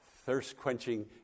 thirst-quenching